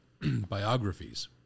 biographies